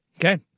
Okay